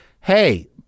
Hey